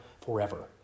forever